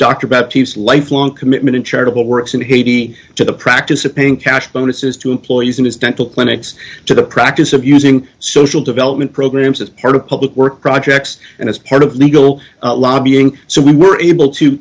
use lifelong commitment in charitable works in haiti to the practice of paying cash bonuses to employees in his dental clinics to the practice of using social development programs as part of public works projects and as part of needle lobbying so we were able to